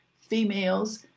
females